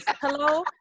hello